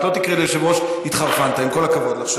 את לא תקראי ליושב-ראש "התחרפנת", עם כל הכבוד לך.